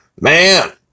man